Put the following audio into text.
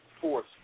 force